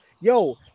yo